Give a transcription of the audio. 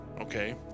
okay